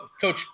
Coach